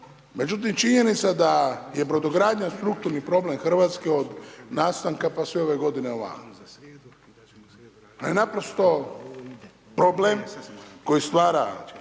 međutim činjenica da je brodogradnja strukturni problem Hrvatske od nastanka pa sve ove godina ovamo. Ona je naprosto problem koji stvara